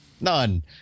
None